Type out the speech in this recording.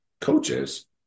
coaches